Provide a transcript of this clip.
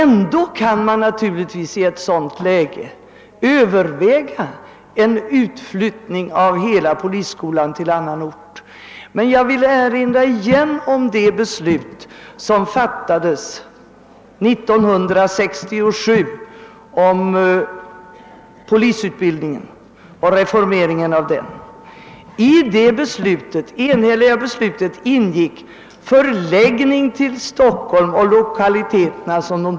Naturligtvis kan man ändå överväga att flytta hela polisskolan till annan ort, men då vill jag åter erinra om det beslut som fattades 1967 om polisutbildningen och reformeringen av densamma. I det enhälliga beslutet ingick att skolan skulle ha sina lokaliteter förlagda till Stockholmsområdet.